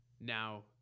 now